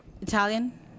Italian